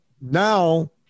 Now